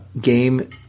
game